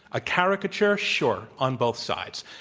a caricature, sure, on both sides.